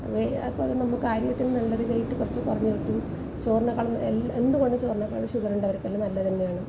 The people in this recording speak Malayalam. അങ്ങനെ നമുക്ക് ആരോഗ്യത്തിന് നല്ലതായിട്ട് കുറച്ച് കുറഞ്ഞു കിട്ടും ചോറിനേക്കാളും എന്ത് കൊണ്ടും ചോറിനേക്കാളും ഷുഗറുള്ളവർക്കെല്ലാം നല്ലത് തന്നെയാണ്